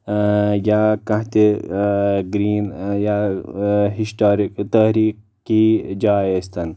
یا کانٛہہ تہِ گریٖن یا ہشٹارِک تٲریخ کی جایہِ ٲسۍ تن